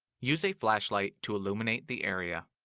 use a flashlight to illuminate the area.